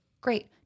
Great